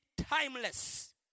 timeless